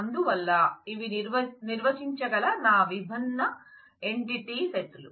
అందువల్ల ఇవి నిర్వచించగల నా విభిన్న ఎంటిటీ సెట్ లు